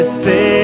say